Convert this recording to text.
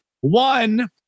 One